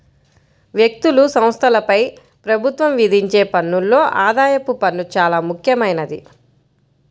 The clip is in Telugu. వ్యక్తులు, సంస్థలపై ప్రభుత్వం విధించే పన్నుల్లో ఆదాయపు పన్ను చానా ముఖ్యమైంది